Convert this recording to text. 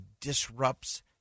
disrupts